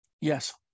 Yes